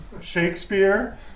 Shakespeare